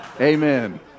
Amen